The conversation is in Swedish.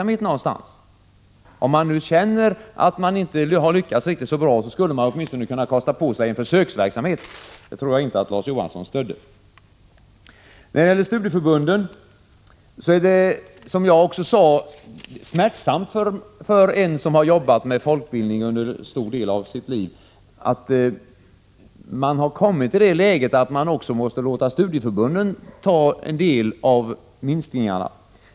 Om de utbildningsansvariga känner på sig att de inte har lyckats så väl kan de åtminstone kosta på sig en sådan. Jag tror inte att Larz Johansson gav sitt stöd åt den idén. Visst är det smärtsamt för mig som har arbetat med folkbildning under en stor del av mitt liv att den situationen har uppstått att även studieförbunden måste drabbas av minskade anslag.